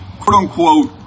quote-unquote